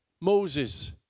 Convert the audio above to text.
Moses